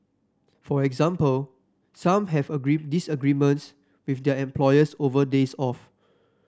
for example some have disagreements with their employers over days off